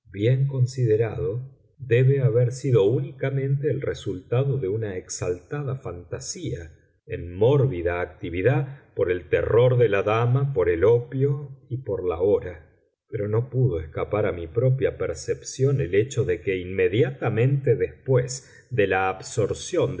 bien considerado debe haber sido únicamente el resultado de una exaltada fantasía en mórbida actividad por el terror de la dama por el opio y por la hora pero no pudo escapar a mi propia percepción el hecho de que inmediatamente después de la absorción